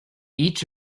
each